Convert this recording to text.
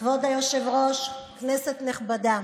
כבוד היושב-ראש, כנסת נכבדה,